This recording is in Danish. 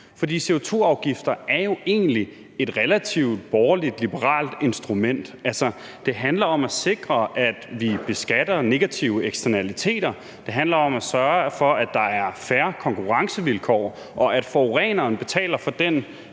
for CO2-afgifter er jo egentlig et relativt borgerligt-liberalt instrument. Altså: Det handler om at sikre, at vi beskatter negative eksternaliteter. Det handler om at sørge for, at der er færre konkurrencevilkår, og at forureneren betaler for den